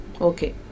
okay